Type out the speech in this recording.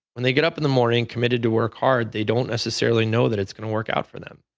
when they get up in the morning, committed to work hard, they don't necessarily know that it's going to work out for them.